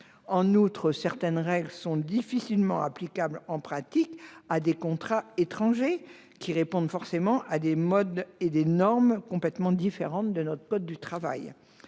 En outre, certaines règles sont difficilement applicables en pratique à des contrats étrangers qui répondent forcément à des modes et des normes complètement différents de notre code du travail.